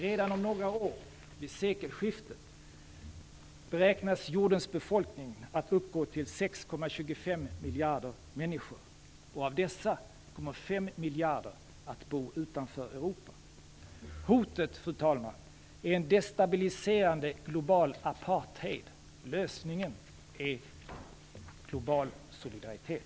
Redan om några år, vid sekelskiftet, beräknas jordens befolkning uppgå till 6,25 miljarder människor. Av dessa kommer 5 miljarder att bo utanför Europa. Hotet, fru talman, är en destabiliserande global apartheid, lösningen är global solidaritet.